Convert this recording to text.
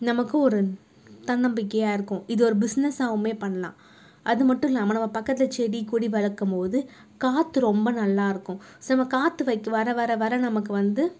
நமக்கும் ஒரு தன்னம்பிக்கையாக இருக்கும் இது ஒரு பிஸ்னஸாகவுமே பண்ணலாம் அது மட்டும் இல்லாமல் நம்ம பக்கத்தில் செடி கொடி வளர்க்கம்மோது காற்று ரொம்ப நல்லாயிருக்கும் செம்ம காற்று வைக் வர வர வர நமக்கு வந்து